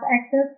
access